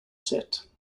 set